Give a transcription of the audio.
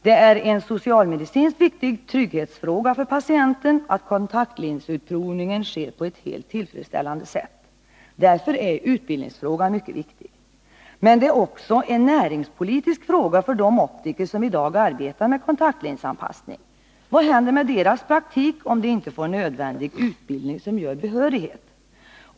Det är en social-medicinskt viktig trygghetsfråga för patienten att kontaktlinsutprovningen sker på ett helt tillfredsställande sätt. Därför är utbildningsfrågan mycket viktig. Men det är också en näringspolitisk fråga för de optiker som i dag arbetar med kontaktlinsanpassning. Vad händer med deras praktik om de inte får nödvändig utbildning som ger behörighet?